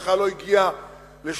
שבכלל לא הגיע לשלב